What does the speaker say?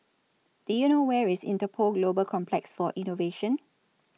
Do YOU know Where IS Interpol Global Complex For Innovation